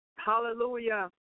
hallelujah